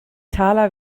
taler